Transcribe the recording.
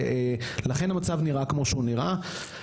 ולכן המצב נראה כמו שהוא נראה.